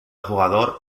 jugador